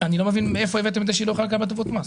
אני לא מבין מאיפה הבאתם את זה שהיא לא יכולה לקבל הטבות מס.